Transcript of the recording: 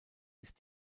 ist